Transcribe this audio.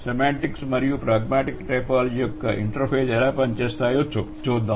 semantics మరియు pragmatics typology యొక్క interface ఎలా పనిచేస్తాయో చూస్తాము